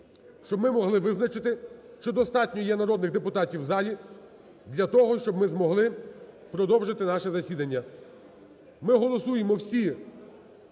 щоб ми могли визначити чи достатньо є народних депутатів в залі для того, щоб ми змогли продовжити наше засідання. Ми голосуємо всі